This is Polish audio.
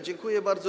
Dziękuję bardzo.